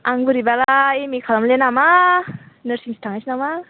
आं बोरैबाबा M A खालामनो नामा नारसिंसो थांनोसै नामा